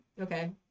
okay